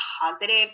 positive